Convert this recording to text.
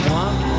one